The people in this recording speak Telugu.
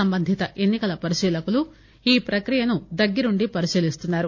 సంబంధిత ఎన్ని కల పరిశీలకులు ఈ ప్రక్రియను దగ్గరుండి పరిశీలిస్తున్నారు